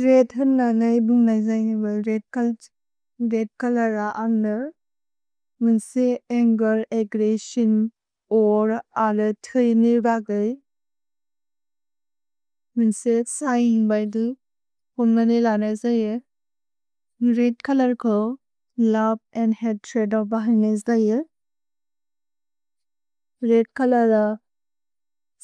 द्रेद्द् होन नैबुम्लै जय्निबल् रेद्द् कलर अन्लर्। मुन्से अन्गेर्, अग्रेस्सिओन् ओर् अलत् थय्नि बगय्। मुन्से सिग्न् बैदु होन्म ने लन जय्न्। रेद्द् कलर्को लोवे अन्द् हत्रेद् ओ बहने जय्न्। Red colour